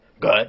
Good